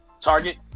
target